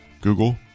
Google